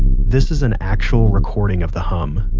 this is an actual recording of the hum,